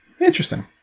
interesting